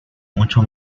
mucho